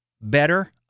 better